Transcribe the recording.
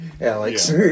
Alex